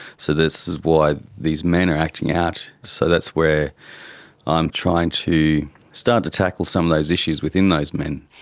so this is why these men are acting out, so that's where i'm trying to start to tackle some of those issues within those men.